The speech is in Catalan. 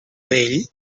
vell